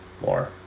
more